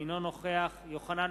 אינה נוכחת מסעוד גנאים,